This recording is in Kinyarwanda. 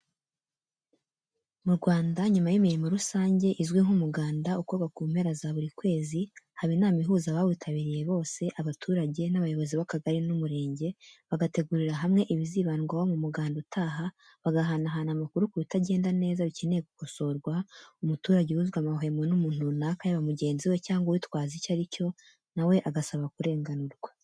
Mu Rwanda, nyuma y'imirimo rusange izwi nk'umuganda ukorwa mu mpera za buri kwezi, haba inama ihuza abawitabiriye bose, abaturage n'abayobozi b'akagali n'umurenge, bagategurira hamwe ibizibandwaho mu muganda utaha, bagahanahana amakuru ku bitagenda neza bikeneye gukosorwa, umuturage ubuzwa amahwemo n'umuntu runaka yaba mugenzi we cyangwa uwitwaza icyo ari cyo, na we agasaba kurenganurwa.